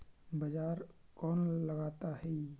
बाजार कौन लगाता है?